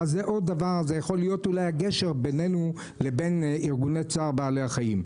וזה יכול להיות הגשר בינינו לבין ארגוני צער בעלי-החיים.